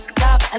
Stop